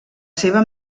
seva